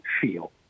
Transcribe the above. feel